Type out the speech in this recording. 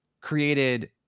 created